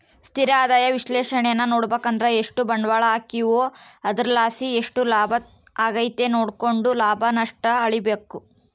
ಸ್ಥಿರ ಆದಾಯ ವಿಶ್ಲೇಷಣೇನಾ ನೋಡುಬಕಂದ್ರ ಎಷ್ಟು ಬಂಡ್ವಾಳ ಹಾಕೀವೋ ಅದರ್ಲಾಸಿ ಎಷ್ಟು ಲಾಭ ಆಗೆತೆ ನೋಡ್ಕೆಂಡು ಲಾಭ ನಷ್ಟ ಅಳಿಬಕು